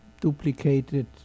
duplicated